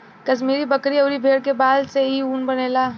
कश्मीरी बकरी अउरी भेड़ के बाल से इ ऊन बनेला